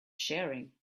sharing